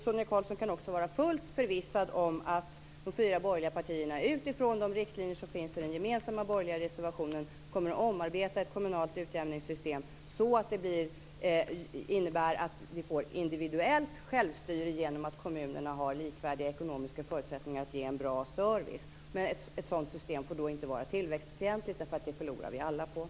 Sonia Karlsson kan också vara fullt förvissad om att de fyra borgerliga partierna utifrån de riktlinjer som finns i den gemensamma borgerliga reservationen kommer att omarbeta ett kommunalt utjämningssystem så att det innebär att vi får ett individuellt självstyre genom att kommunerna har likvärdiga ekonomiska förutsättningar att ge en bra service. Men ett sådant system får då inte vara tillväxtfientligt, eftersom vi alla förlorar på det.